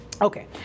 Okay